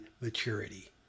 maturity